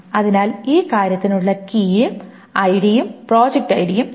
അതിനാൽ ഈ കാര്യത്തിനുള്ള കീ ഐഡിയും പ്രോജക്റ്റ് ഐഡിയും ആണ്